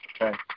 Okay